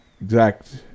exact